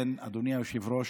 אדוני היושב-ראש,